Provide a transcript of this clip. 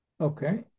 Okay